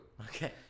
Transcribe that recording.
Okay